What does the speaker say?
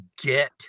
get